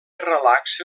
relaxa